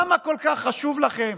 למה כל כך שוב לכם